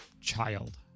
child